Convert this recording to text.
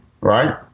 right